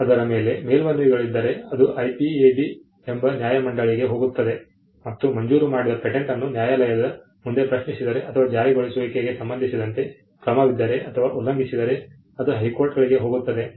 ಅದರ ಮೇಲೆ ಮೇಲ್ಮನವಿಗಳಿದ್ದರೆ ಅದು IPAB ಎಂಬ ನ್ಯಾಯಮಂಡಳಿಗೆ ಹೋಗುತ್ತದೆ ಮತ್ತು ಮಂಜೂರು ಮಾಡಿದ ಪೇಟೆಂಟ್ ಅನ್ನು ನ್ಯಾಯಾಲಯದ ಮುಂದೆ ಪ್ರಶ್ನಿಸಿದರೆ ಅಥವಾ ಜಾರಿಗೊಳಿಸುವಿಕೆಗೆ ಸಂಬಂಧಿಸಿದಂತೆ ಕ್ರಮವಿದ್ದರೆ ಅಥವಾ ಉಲ್ಲಂಘಿಸಿದರೆ ಅದು ಹೈಕೋರ್ಟ್ಗಳಿಗೆ ಹೋಗುತ್ತದೆ